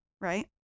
right